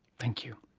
thank you.